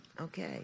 Okay